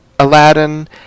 Aladdin